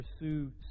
Pursue